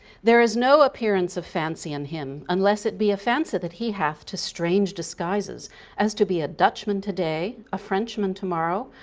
there is no appearance of fancy in him unless it be offensive that he hath two strange disguises as to be a dutchman today, a frenchman tomorrow,